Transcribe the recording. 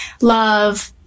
love